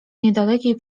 niedalekiej